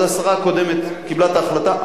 השרה הקודמת קיבלה את ההחלטה הזאת.